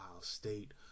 State